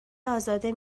ازاده